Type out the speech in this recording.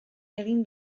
egin